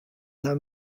taw